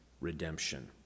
redemption